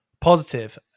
positive